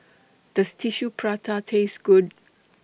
Does Tissue Prata Taste Good